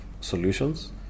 solutions